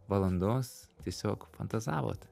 valandos tiesiog fantazavot